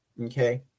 Okay